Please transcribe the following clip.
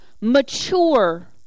Mature